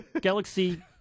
Galaxy